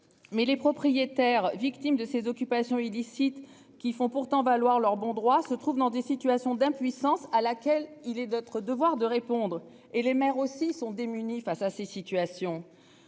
Mais les propriétaires victimes de ces occupations illicites qui font pourtant valoir leur bon droit se trouvent dans des situations d'impuissance à laquelle il est de notre devoir de répondre et les mères aussi sont démunis face à ces situations.